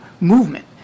movement